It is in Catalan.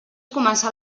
començà